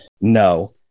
no